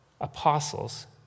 apostles